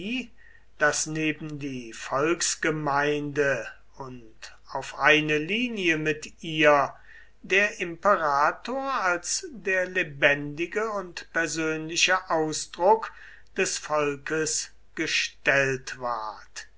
daß neben die volksgemeinde und auf eine linie mit ihr der imperator als der lebendige und persönliche ausdruck des volkes gestellt ward